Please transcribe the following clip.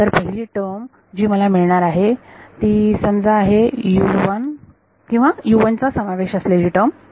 तर पहिली टर्म जी मला मिळणार आहे ती समजा आहे किंवा चा समावेश असलेली टर्म